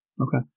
Okay